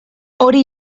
hori